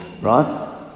right